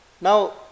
now